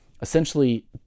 essentially